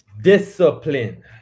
Discipline